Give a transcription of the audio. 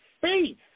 faith